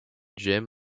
jam